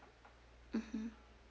mmhmm